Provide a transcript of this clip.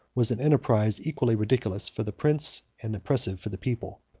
was an enterprise equally ridiculous for the prince and oppressive for the people.